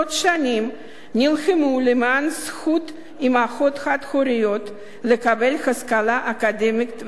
נלחמנו למען זכות אמהות חד-הוריות לקבל השכלה אקדמית ומקצוע.